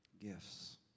Gifts